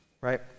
right